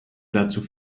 dazu